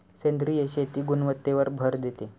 सेंद्रिय शेती गुणवत्तेवर भर देते